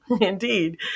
Indeed